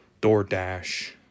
DoorDash